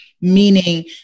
meaning